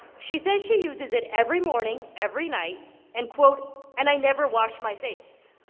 she says she uses it every morning, every night and, quote, and i never wash my face,